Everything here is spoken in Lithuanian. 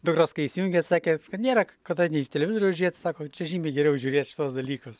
dukros kai įsijungia sakė kad nėra kada nei televizoriaus žiūrėt sako čia žymiai geriau žiūrėt į šituos dalykus